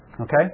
Okay